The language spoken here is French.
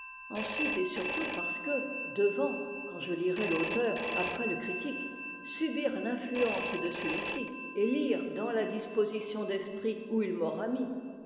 ensuite et surtout parce que devant quand je lirai l'auteur après le critique subir l'influence de celui-ci et lire dans la disposition d'esprit où il m'aura mis